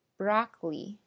broccoli